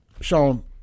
Sean